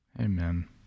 amen